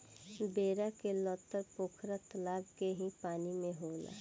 बेरा के लतर पोखरा तलाब के ही पानी में होला